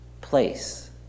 place